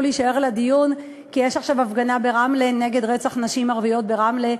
להישאר לדיון כי יש עכשיו הפגנה ברמלה נגד רצח נשים ערביות ברמלה.